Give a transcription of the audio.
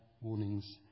warnings